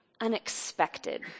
unexpected